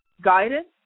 guidance